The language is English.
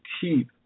keep